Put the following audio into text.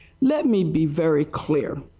let me be very clear.